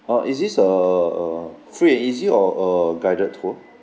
orh is this a a free and easy or a guided tour